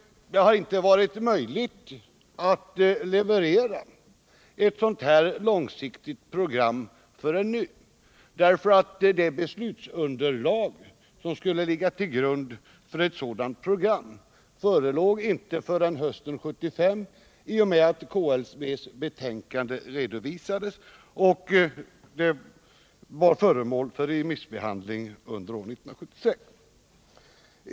Det har inte varit möjligt att leverera ett sådant förrän nu, därför att det beslutsunderlag som skulle utgöra grund för programmet förelåg inte förrän hösten 1975 i och med att KLV:s betänkande redovisades och var föremål för remissbehandling år 1976.